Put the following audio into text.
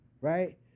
right